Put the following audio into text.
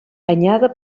anyada